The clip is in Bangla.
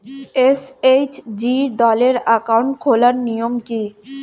এস.এইচ.জি দলের অ্যাকাউন্ট খোলার নিয়ম কী?